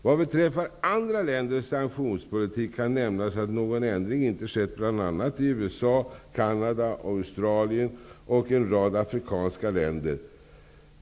Vad beträffar andra länders sanktionspolitik kan nämnas att någon ändring inte skett i bl.a. USA, Canada, Australien och en rad afrikanska länder.